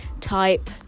type